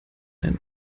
einen